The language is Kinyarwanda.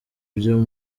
byo